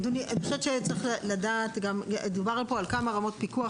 אדוני, דובר פה על כמה רמות פיקוח.